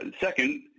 second